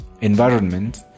environment